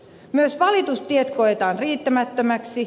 myös valitustiet koetaan riittämättömiksi